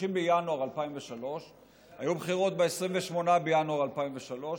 ב-30 בינואר 2003. היו בחירות ב-28 בינואר 2003,